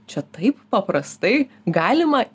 čia taip paprastai galima